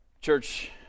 church